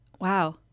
wow